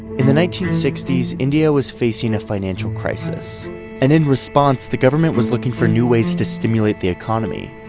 in the nineteen sixty s india, was facing a financial crisis and in response, the government was looking for new ways to stimulate the economy.